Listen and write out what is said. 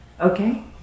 Okay